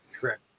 Correct